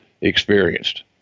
experienced